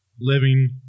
living